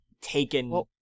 taken